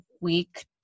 week